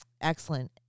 excellent